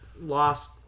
Lost